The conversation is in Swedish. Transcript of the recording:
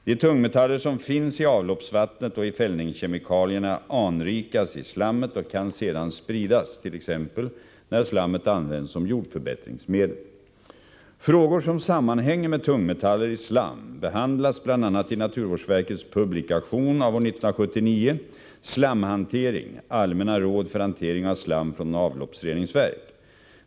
De tungmetaller som finns i avloppsvattnet och i fällningskemikalierna anrikas i slammet och kan sedan spridas, t.ex. när slammet används som jordförbättringsmedel. Frågor som sammanhänger med tungmetaller i slam behandlas bl.a. i naturvårdsverkets publikation 1979:3, ”Slamhantering — allmänna råd för hantering av slam från avloppsreningsverk”.